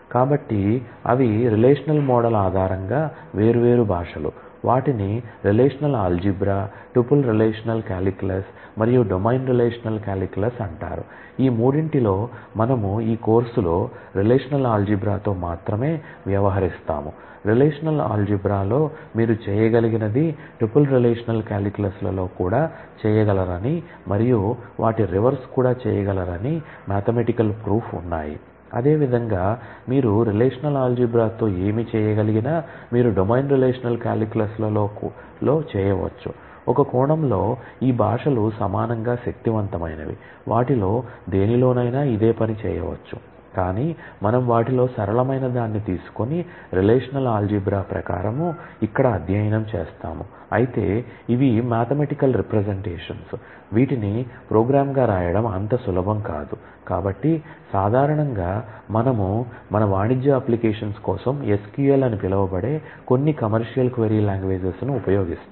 కాబట్టి అవి relational model ఆధారంగా వేర్వేరు భాషలు వాటిని రిలేషనల్ ఆల్జీబ్రా ను ఉపయోగిస్తాము మరియు దానిలో కోడింగ్ చేస్తాము